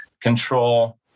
control